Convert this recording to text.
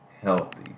healthy